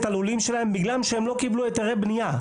הלולים שלהם בגלל שהם לא קיבלו היתרי בנייה.